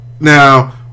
Now